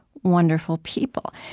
wonderful people.